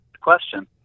question